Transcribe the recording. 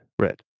red